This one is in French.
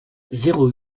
zéro